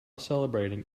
celebrating